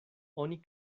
oni